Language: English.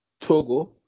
Togo